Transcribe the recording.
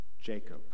Jacob